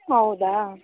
ಹೌದಾ